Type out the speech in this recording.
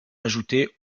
ajoutée